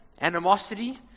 animosity